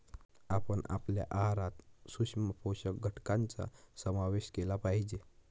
आपण आपल्या आहारात सूक्ष्म पोषक घटकांचा समावेश केला पाहिजे